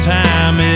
time